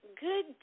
Good